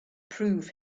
prove